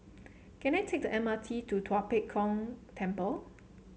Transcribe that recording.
can I take the M R T to Tua Pek Kong Temple